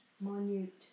Minute